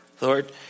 Lord